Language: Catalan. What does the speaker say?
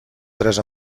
tres